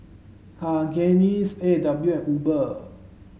Cakenis A and W and Uber